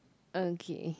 okay